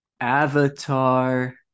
Avatar